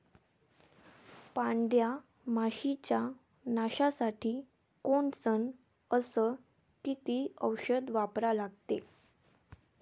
पांढऱ्या माशी च्या नाशा साठी कोनचं अस किती औषध वापरा लागते?